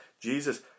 Jesus